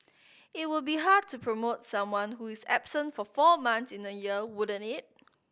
it would be hard to promote someone who is absent for four months in a year wouldn't it